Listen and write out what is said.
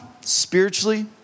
spiritually